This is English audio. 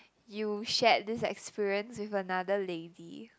you shared this experience with another lady